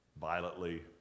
violently